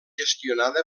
gestionada